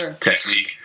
technique